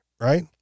right